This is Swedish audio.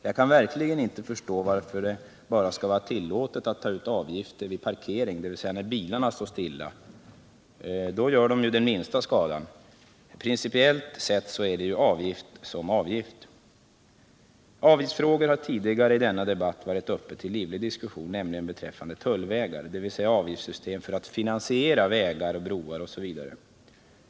Jag kan verkligen inte förstå varför det bara skall vara tillåtet att ta ut avgifter vid parkering, dvs. när bilarna står stilla. Då gör de ju den minsta skadan. Principiellt sett handlar det ju om avgift som avgift. Avgiftsfrågor har tidigare i denna debatt varit uppe till livlig diskussion, nämligen i samband med tullvägar, dvs. ett avgiftssystem för att finansiera vägar, broar osv.